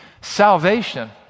Salvation